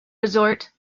resort